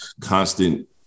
constant